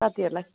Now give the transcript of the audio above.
साथीहरूलाई